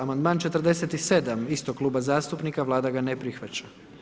Amandman 47 istog kluba zastupnika, Vlada ga ne prihvaća.